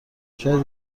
شاید